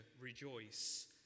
rejoice